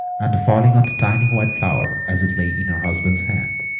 and, falling on the tiny white flower as it lay in her husband's hand,